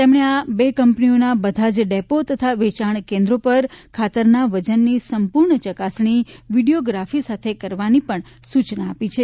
તેમણે આ બે કંપનીઓના બધા જ ડેપો તથા વેચાણ કેન્દ્રો પર ખાતરના વજનની સંપૂર્ણ ચકાસણી વીડિયોગ્રાફી સાથે કરવાની પણ સૂચના આપી છે